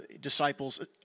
disciples